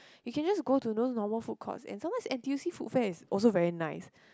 you can just go to those normal food courts and sometimes N_T_U_C food fair is also very nice